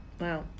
Wow